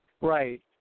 Right